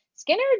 Skinner